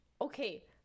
Okay